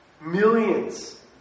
millions